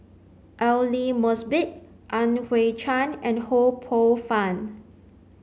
Aidli Mosbit Yan Hui Chang and Ho Poh Fun